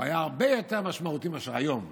היה הרבה יותר משמעותי מאשר היום.